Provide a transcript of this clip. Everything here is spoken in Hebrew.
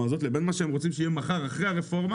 הזאת לבין מה שהם רוצים שיהיה מחר אחרי הרפורמה,